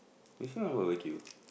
is not a barbeque